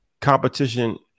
competition